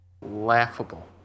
laughable